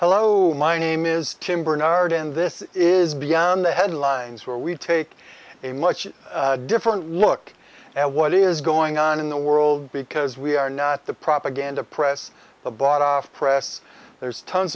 hello my name is tim barnard in this is beyond the headlines where we take a much different look at what is going on in the world because we are not the propaganda press the bought off the press there's tons